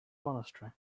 monastery